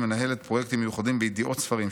מנהלת פרויקטים מיוחדים בידיעות ספרים,